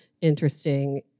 interesting